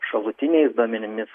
šalutiniais duomenimis